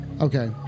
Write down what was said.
Okay